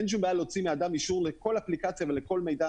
אין בעיה להוציא מאדם אישור לכל אפליקציה ולכל מידע.